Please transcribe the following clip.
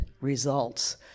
results